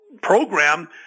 program